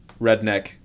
Redneck